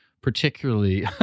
particularly